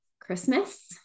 Christmas